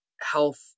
health